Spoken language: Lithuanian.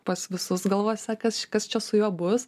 pas visus galvose kas kas čia su juo bus